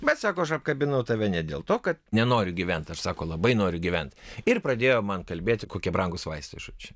bet sako aš apkabinau tave ne dėl to kad nenoriu gyvent aš sako labai noriu gyvent ir pradėjo man kalbėti kokie brangūs vaistai žodžiu